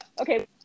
Okay